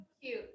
Cute